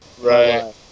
Right